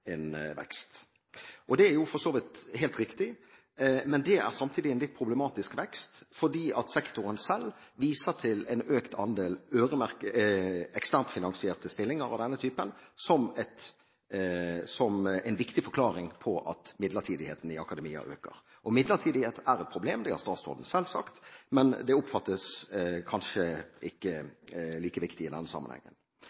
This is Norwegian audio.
Det er for så vidt helt riktig, men det er samtidig en litt problematisk vekst, fordi sektoren selv viser til en økt andel eksternt finansierte stillinger av denne typen som en viktig forklaring på at midlertidigheten i akademia øker. Og midlertidighet er et problem, det har statsråden selv sagt, men det oppfattes kanskje